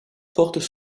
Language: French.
portent